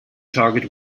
target